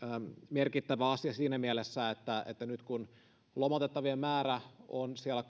merkittävä asia siinä mielessä että että nyt kun lomautettavien määrä on siellä